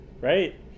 right